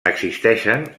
existeixen